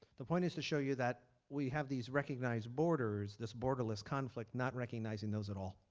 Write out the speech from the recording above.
the point is to show you that we have these recognized borders this borderless conflict not recognizing those at all.